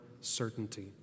certainty